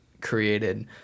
created